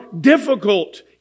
difficult